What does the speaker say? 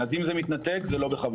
אז אם זה מתנתק, זה לא בכוונה.